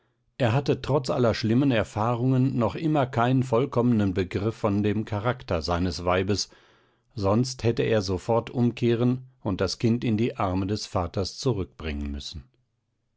er hatte trotz aller schlimmen erfahrungen noch immer keinen vollkommenen begriff von dem charakter seines weibes sonst hätte er sofort umkehren und das kind in die arme des vaters zurückbringen müssen